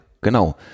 genau